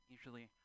Usually